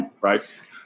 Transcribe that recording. Right